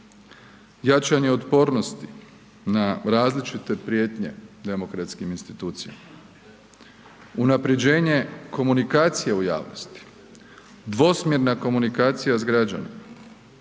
jačanje otpornosti na različite prijetnje demokratskim institucijama, unapređenje komunikacija u javnosti, dvosmjerna komunikacija s građanima,